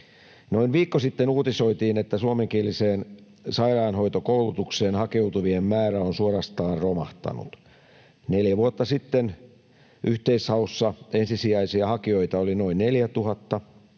Noin viikko sitten uutisoitiin, että suomenkieliseen sairaanhoitokoulutukseen hakeutuvien määrä on suorastaan romahtanut. Neljä vuotta sitten yhteishaussa ensisijaisia hakijoita oli noin 4 000,